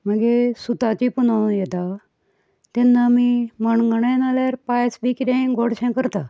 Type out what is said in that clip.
मागीर सुताची पुनोव येता तेन्ना आमी मणगणें नाल्यार पायस बी कितेंय गोडशें करता